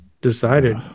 decided